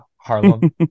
Harlem